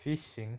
fishing